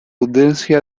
audiencia